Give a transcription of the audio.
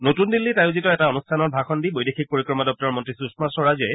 নতুন দিল্লীত আয়োজিত এটা অনুষ্ঠানত ভাষণ দি বৈদেশিক পৰিক্ৰমা দপ্তৰৰ মন্ত্ৰী সুষমা স্বৰাজে